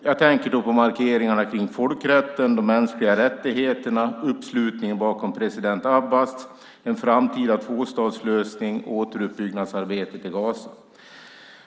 Jag tänker på markeringarna kring folkrätten, de mänskliga rättigheterna, uppslutningen bakom president Abbas, en framtida tvåstatslösning och återuppbyggnadsarbetet i Gaza.